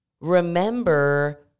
remember